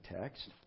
text